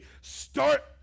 Start